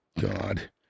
God